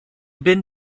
been